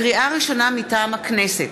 לקריאה ראשונה, מטעם הכנסת: